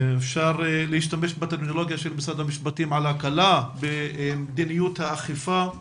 אפשר להשתמש בטרמינולוגיה של משרד המשפטים על הקלה במדיניות האכיפה.